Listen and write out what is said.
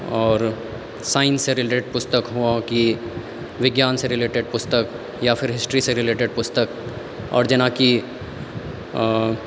आओर साइंससँ रीलेट पुस्तक हुए की विज्ञानसँ रीलेटेड पुस्तक या फिर फिर हिस्ट्रीसँ रीलेटेड पुस्तक आओर जेनाकि